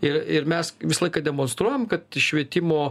ir ir mes visą laiką demonstruojam kad švietimo